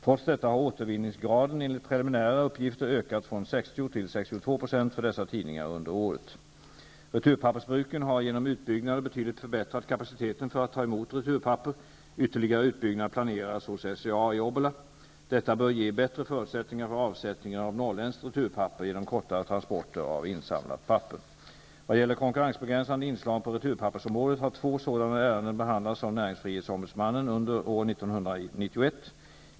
Trots detta har återvinningsgraden enligt preliminära uppgifter ökat från 60 till 62 % för dessa tidningar under året. Returpappersbruken har genom utbyggnader betydligt förbättrat kapaciteten för att ta emot returpapper. Ytterligare utbyggnad planeras hos SCA i Obbola. Detta bör ge bätte förutsättningar för avsättningen av norrländskt returpapper genom kortare transporter av insamlat papper. Vad gäller konkurrensbegränsande inslag på returpappersområdet har två sådana ärenden behandlats av näringsfrihetsombudsmannen under år 1991.